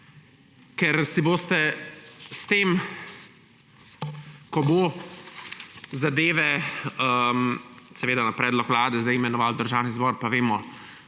Ker si boste s tem, ko bo zadeve, seveda na predlog Vlade sedaj imenoval Državni zbor – pa vemo,